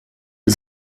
die